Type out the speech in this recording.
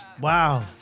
Wow